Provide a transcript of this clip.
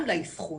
לאבחון.